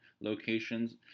locations